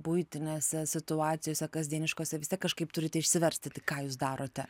buitinėse situacijose kasdieniškose vis tiek kažkaip turite išsiversti tai ką jūs darote